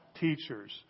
teachers